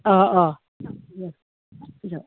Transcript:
अ अ